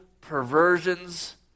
perversions